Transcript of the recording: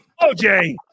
OJ